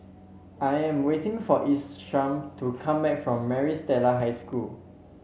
I am waiting for Isam to come back from Maris Stella High School